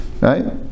right